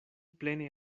plene